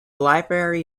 library